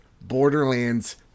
Borderlands